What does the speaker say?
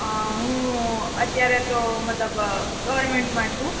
હું અત્યારે તો મતલબ ગવર્નમેન્ટમાં છું